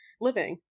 Living